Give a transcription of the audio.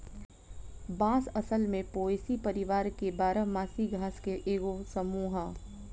बांस असल में पोएसी परिवार के बारह मासी घास के एगो समूह ह